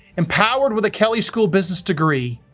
empowered with a kelley school business degree,